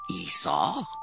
Esau